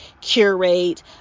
curate